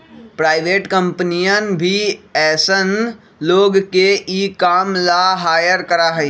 private कम्पनियन भी ऐसन लोग के ई काम ला हायर करा हई